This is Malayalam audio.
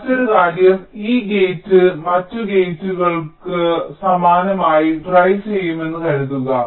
മറ്റൊരു കാര്യം ഈ ഗേറ്റ് മറ്റ് കവാടങ്ങൾക്ക് സമാനമായി ഡ്രൈവ് ചെയ്യുന്നുവെന്ന് കരുതുക